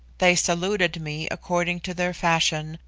they saluted me according to their fashion,